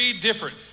different